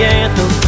anthem